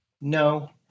No